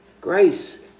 Grace